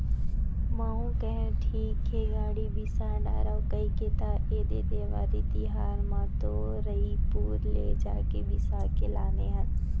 महूँ कहेव ठीक हे गाड़ी बिसा डारव कहिके त ऐदे देवारी तिहर म तो रइपुर ले जाके बिसा के लाने हन